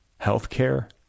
healthcare